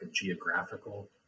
geographical